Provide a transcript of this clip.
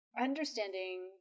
understanding